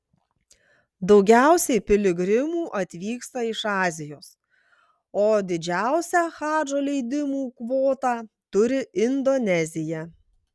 daugiausiai piligrimų atvyksta iš azijos o didžiausia hadžo leidimų kvotą turi indonezija